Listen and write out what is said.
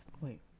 Wait